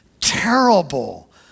terrible